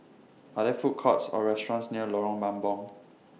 Are There Food Courts Or restaurants near Lorong Mambong